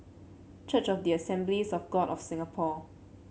Church of the Assemblies of God of Singapore